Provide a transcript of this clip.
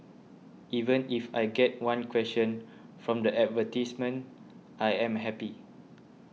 even if I get one question from the advertisements I am happy